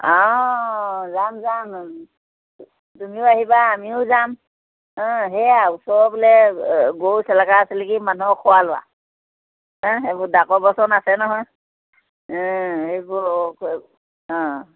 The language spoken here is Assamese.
যাম যাম তুমিও আহিবা আমিও যাম সেয়া ওচৰৰ বোলে গৰু চেলেকা চেলেকি মানুহৰ খোৱা লোৱা সেইবোৰ ডাকৰ বাচন আছে নহয় সেইবোৰ